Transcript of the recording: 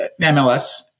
MLS